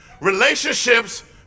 relationships